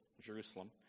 Jerusalem